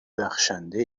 بخشنده